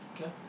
Okay